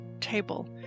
table